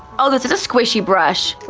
oh, this is a squishy brush.